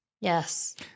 Yes